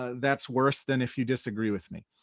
ah that's worse than if you disagree with me.